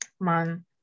Man